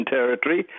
Territory